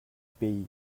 pays